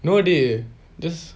no they just